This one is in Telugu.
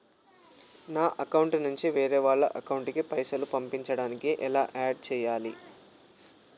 నా అకౌంట్ నుంచి వేరే వాళ్ల అకౌంట్ కి పైసలు పంపించడానికి ఎలా ఆడ్ చేయాలి?